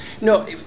No